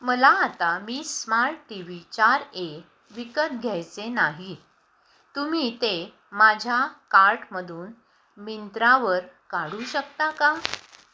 मला आता मी स्मार्ट टी व्ही चार ए विकत घ्यायचे नाही तुम्ही ते माझ्या कार्टमधून मिंत्रावर काढू शकता का